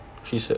she's a